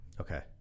Okay